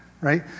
right